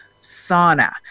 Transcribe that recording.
sauna